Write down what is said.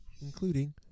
including